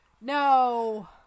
No